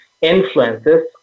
influences